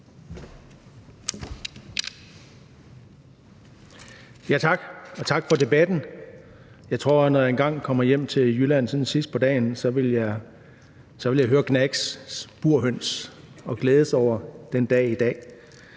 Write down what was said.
tak for debatten. Jeg tror, at når jeg engang kommer hjem til Jylland sådan sidst på dagen, vil jeg høre Gnags' »Burhøns« og glædes over dagen i dag.